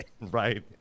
Right